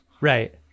Right